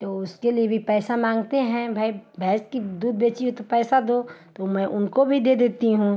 तो उसके लिए भी पैसा माँगते हैं भई भैंस का दूध बेची हो तो पैसा दो तो मैं उनको भी दे देती हूँ